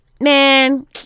man